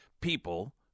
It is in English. people